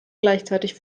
gleichzeitig